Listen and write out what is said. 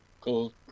cool